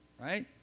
right